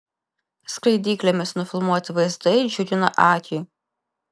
skraidyklėmis nufilmuoti vaizdai džiugina akį